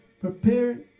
prepare